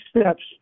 steps